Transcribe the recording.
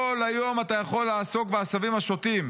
כל היום אתה יכול לעסוק בעשבים השוטים,